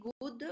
good